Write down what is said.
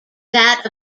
that